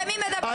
תראה מי מדבר.